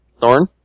Thorn